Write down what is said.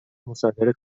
مصادره